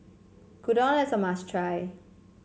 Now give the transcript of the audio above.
gyudon is a must try